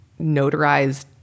notarized